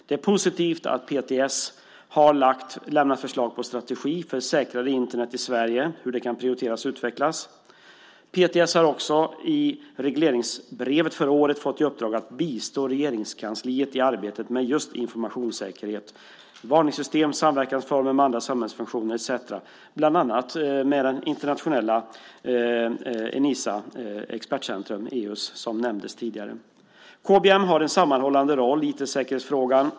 Det är positivt att PTS har lämnat förslag på en strategi för säkrare Internet i Sverige och hur det kan prioriteras och utvecklas. PTS har också i regleringsbrevet för året fått i uppdrag att bistå Regeringskansliet i arbetet med just informationssäkerhet. Det gäller varningssystem, samverkansformer med andra samhällsfunktioner och så vidare, bland annat med EU:s internationella expertcentrum Enisa, som nämndes tidigare. KBM har en sammanhållande roll i IT-säkerhetsfrågan.